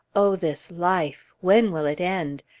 oh, this life! when will it end?